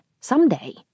someday